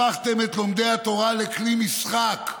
הפכתם את לומדי התורה לכלי משחק,